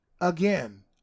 again